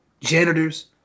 janitors